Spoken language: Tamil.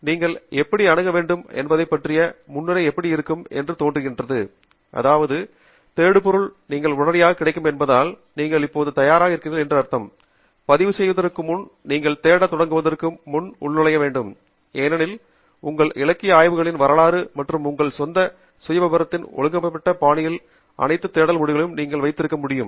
நீங்கள் எப்படி அணுக வேண்டும் என்பதைப் பற்றிய முன்னுரை எப்படி இருக்கும் எனத் தோன்றுகிறது அதாவது தேடுபொறிக்கு நீங்கள் உடனடியாக கிடைக்கும் என்பதால் நீங்கள் இப்போது தயாராக இருக்கின்றீர்கள் என்பதால் பதிவுசெய்வதற்கு முன் நீங்கள் தேடத் தொடங்குவதற்கு முன் உள்நுழையுங்கள் ஏனெனில் உங்கள் இலக்கிய ஆய்வுகளின் வரலாறு மற்றும் உங்கள் சொந்த சுயவிவரத்தில் ஒழுங்கமைக்கப்பட்ட பாணியில் அனைத்து தேடல் முடிவுகளையும் நீங்கள் வைத்திருக்க முடியும்